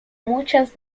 muchas